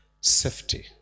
safety